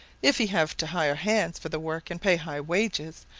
if he have to hire hands for the work, and pay high wages,